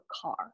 car